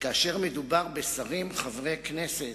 כאשר מדובר בשרים, חברי כנסת,